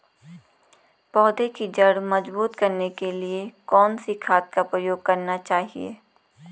पौधें की जड़ मजबूत करने के लिए कौन सी खाद का प्रयोग करना चाहिए?